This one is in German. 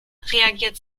reagiert